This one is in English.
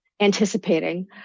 anticipating